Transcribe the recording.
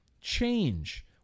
change